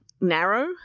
narrow